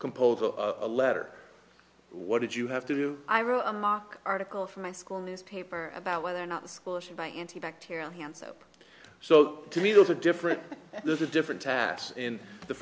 compose a letter what did you have to do i wrote a mock article for my school newspaper about whether or not the school should buy antibacterial hands up so to me that's a different there's a different taps in the